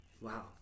Wow